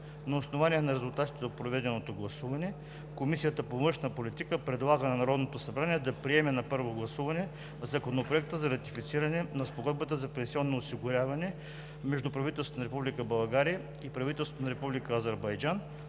На основание на резултатите от проведеното гласуване Комисията по външна политика предлага на Народното събрание да приеме на първо гласуване Законопроект за ратифициране на Спогодбата за пенсионно осигуряване между правителството на Република България и правителството на Република Азербайджан,